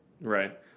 right